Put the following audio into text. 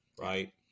right